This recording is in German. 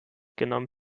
genommen